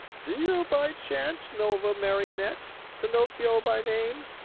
do you by chance know of a marionette, pinocchio by name?